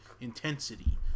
intensity